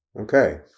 Okay